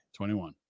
21